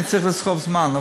אני צריך לסחוב זמן,